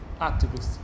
activists